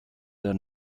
der